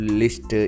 list